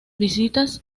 visitas